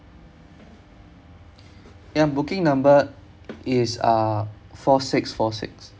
ya booking number is uh four six four six